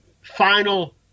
final